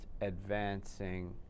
advancing